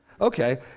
Okay